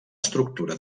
estructura